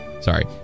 Sorry